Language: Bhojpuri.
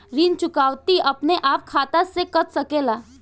ऋण चुकौती अपने आप खाता से कट सकेला?